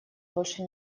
больше